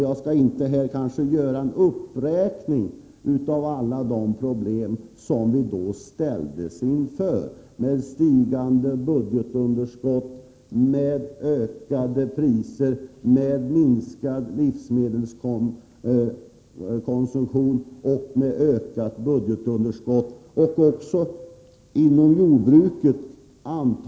Jag skall inte göra en uppräkning av alla de problem som vi har ställts inför, förutom stigande budgetunderskott, ökade priser, minskad livsmedelskonsumtion och ökat antal konkurser inom jordbruket.